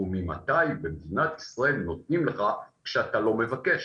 וממתי במדינת ישראל נותנים לך שכאשר אתה לא מבקש?